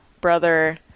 brother